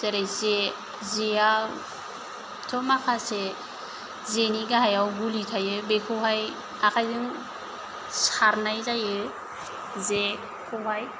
जेरै जे जेआ थ' माखासे जेनि गाहायाव गुलि थायो बेखौहाय आखायजों सारनाय जायो जेखौहाय